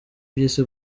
byisi